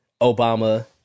Obama